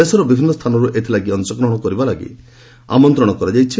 ଦେଶର ବିଭିନ୍ନ ସ୍ଥାନରୁ ଏଥିଲାଗି ଅଂଶଗ୍ରହଣ କରିବାକୁ ଆମନ୍ତ୍ରଣ କରାଯାଇଛି